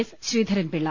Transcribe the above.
S Sreedharan Pillai